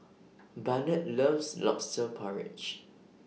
Barnett loves Lobster Porridge